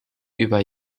über